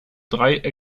drei